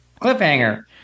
Cliffhanger